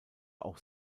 auch